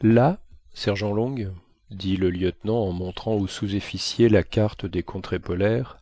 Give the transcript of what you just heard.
là sergent long dit le lieutenant en montrant au sous-officier la carte des contrées polaires